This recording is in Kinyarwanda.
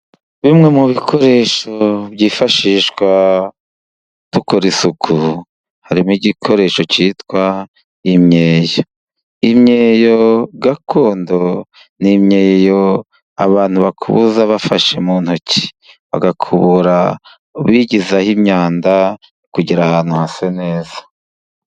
Biimwe mu bikoresho byifashishwa dukora isuku, harimo igikoresho cyitwa imyeyo. Imyeyo gakondo ni imyeyo abantu bakubuza bafashe mu ntoki ,bagakubura bigizayo imyanda kugira ahantu hase neza.